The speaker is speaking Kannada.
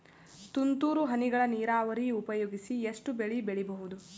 ತುಂತುರು ಹನಿಗಳ ನೀರಾವರಿ ಉಪಯೋಗಿಸಿ ಎಷ್ಟು ಬೆಳಿ ಬೆಳಿಬಹುದು?